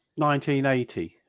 1980